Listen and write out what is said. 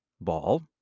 ball